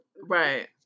Right